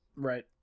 Right